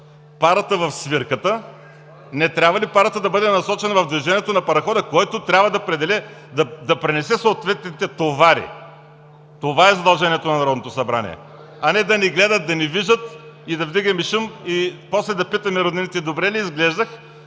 парата в свирката? Не трябва ли парата да бъде насочена в движението на парахода, който трябва да пренесе съответните товари? Това е задължението на Народното събрание, а не да ни гледат, да ни виждат, да вдигаме шум и после да питаме роднините: „Добре ли изглеждах?